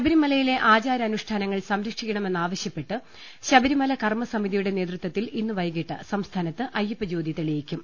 ശബരിമലയിലെ ആചാരാനുഷ്ഠാനങ്ങൾ സംരക്ഷിക്കണമെ ന്നാവശ്യപ്പെട്ട് ശബരിമല കർമ്മസമിതിയുടെ നേതൃത്വത്തിൽ ഇന്ന് വൈകിട്ട് സംസ്ഥാനത്ത് അയ്യപ്പജ്യോതി തെളിയിക്കും